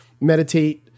meditate